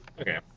Okay